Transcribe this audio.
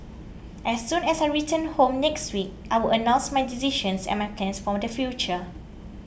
as soon as I return home next week I will announce my decision and my plans for the future